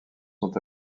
sont